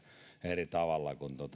eri tavalla kuin